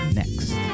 next